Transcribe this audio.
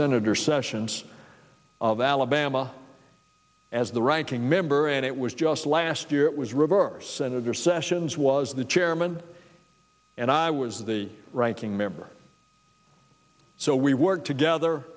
senator sessions of alabama as the ranking member and it was just last year it was reversed senator sessions was the chairman and i was the writing member so we worked together